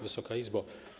Wysoka Izbo!